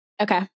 Okay